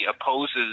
opposes